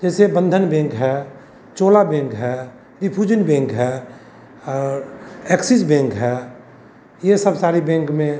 जैसे बंधन बेंक है चोला बेंक है डिफूजन बेंक है और एक्सिस बेंक है यह सब सारी बैंक में